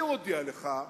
אני מודיע לך,